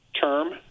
term